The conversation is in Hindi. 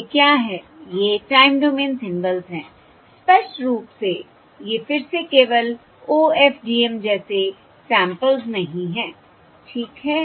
ये क्या हैं ये टाइम डोमेन सिंबल्स हैं स्पष्ट रूप से ये फिर से केवल OFDM जैसे सैंपल्स नहीं हैं ठीक है